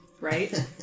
right